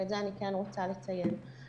ואת זה אני כן רוצה לציין לטובה.